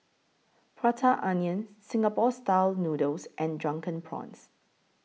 Prata Onion Singapore Style Noodles and Drunken Prawns